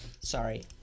Sorry